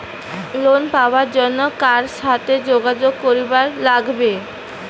Loan পাবার জন্যে কার সাথে যোগাযোগ করিবার লাগবে?